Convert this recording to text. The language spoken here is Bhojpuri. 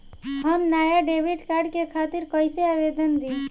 हम नया डेबिट कार्ड के खातिर कइसे आवेदन दीं?